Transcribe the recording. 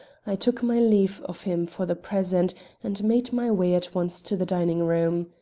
i took my leave of him for the present and made my way at once to the dining-room.